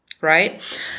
right